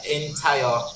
entire